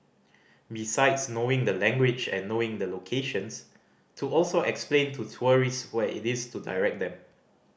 besides knowing the language and knowing the locations to also explain to tourists where it is to direct them